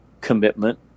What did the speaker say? commitment